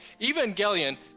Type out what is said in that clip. Evangelion